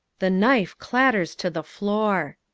the knife clatters to the floor.